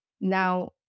Now